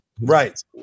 Right